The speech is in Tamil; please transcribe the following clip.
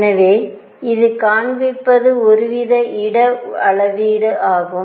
எனவே இது காண்பிப்பது ஒருவித இட அளவீடு ஆகும்